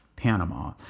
Panama